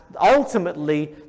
ultimately